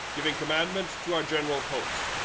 giving commandment to our general host,